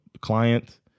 client